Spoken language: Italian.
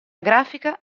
grafica